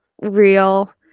real